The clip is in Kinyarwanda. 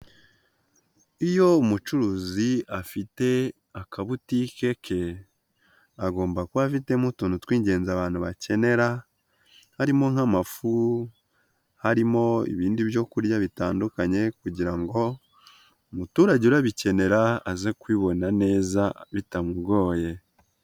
Iyo umucuruzi afite akabutike ke, agomba kuba afitemo utuntu tw'ingenzi abantu bakenera harimo nk'amafu, harimo ibindi byo kurya bitandukanye kugira ngo umuturage urabikenera aze kubibona neza bitamugoye.